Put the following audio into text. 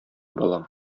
балам